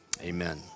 amen